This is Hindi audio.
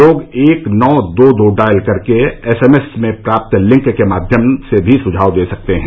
लोग एक नौ दो दो डायल कर एस एम एस में प्राप्त लिंक के माध्यम से भी सुझाव दे सकते हैं